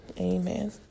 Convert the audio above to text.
amen